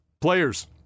players